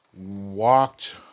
walked